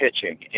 pitching